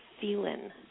feeling